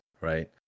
right